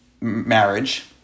marriage